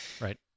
Right